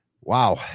wow